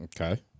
Okay